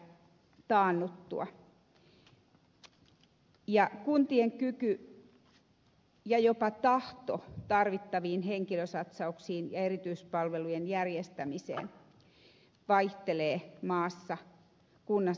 kuntien kyky ja jopa tahto tarvittaviin henkilö satsauksiin ja erityispalvelujen järjestämiseen vaihtelee maassa kunnasta toiseen